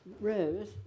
Rose